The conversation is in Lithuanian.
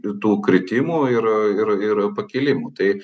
tų kritimų ir ir ir pakilimų tai